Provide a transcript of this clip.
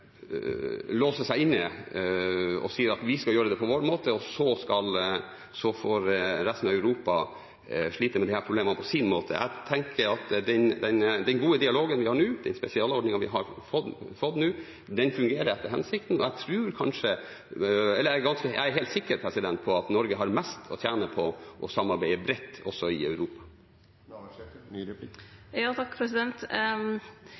låser seg inne, og sier at vi skal gjøre det på vår måte, og så får resten av Europa slite med disse problemene på sin måte. Jeg tenker at den gode dialogen vi har nå, den spesialordningen vi har fått, fungerer etter hensikten. Jeg er helt sikker på at Norge har mest å tjene på å samarbeide bredt også i Europa.